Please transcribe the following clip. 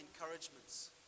encouragements